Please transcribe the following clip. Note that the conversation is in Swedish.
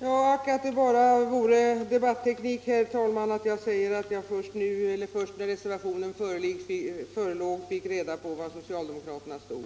Herr talman! Ack, att det bara vore debatteknik när jag säger att jag först när reservationen förelåg fick reda på var socialdemokraterna stod!